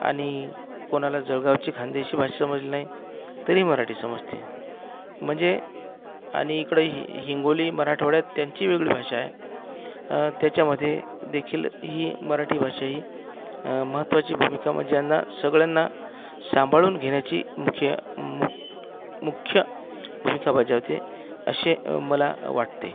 आणि कोणाला जळगावची खानदेशी भाषा समजली नाही तरी मराठी समजते म्हणजे आणि इकडे हि हिंगोली मराठवाड्यात त्यांची वेगळी भाषा आहे त्याच्यामध्ये देखील ही मराठी भाषा ही महत्त्वाची भूमिका ज्यांना सगळ्यांना सांभाळून घेण्याची मुख्य मु मुख्य भूमिका बजावते असे मला वाटते